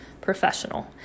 professional